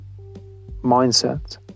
mindset